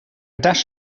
dash